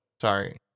Sorry